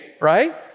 right